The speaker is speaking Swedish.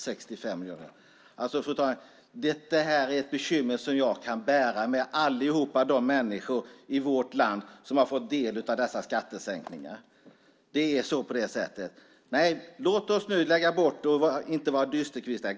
Detta, fru talman, är ett bekymmer som jag kan bära med alla de människor i vårt land som har fått del av dessa skattesänkningar. Nej, låt oss nu lägga detta åt sidan och inte vara dysterkvistar.